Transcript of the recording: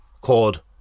called